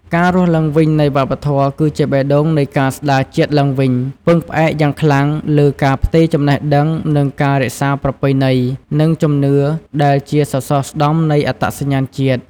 ការរស់ឡើងវិញនៃវប្បធម៌គឺជាបេះដូងនៃការស្តារជាតិឡើងវិញ ពឹងផ្អែកយ៉ាងខ្លាំងលើ ការផ្ទេរចំណេះដឹងនិងការរក្សាប្រពៃណី និងជំនឿដែលជាសសរស្តម្ភនៃអត្តសញ្ញាណជាតិ។